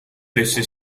laisser